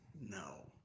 No